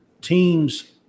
teams